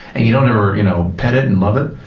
and you don't ever you know pet it and love it,